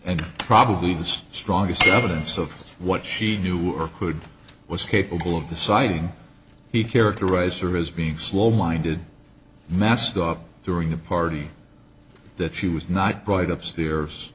and probably the strongest evidence of what she knew or could was capable of deciding he characterized services being slow minded messed up during a party that she was not brought up stairs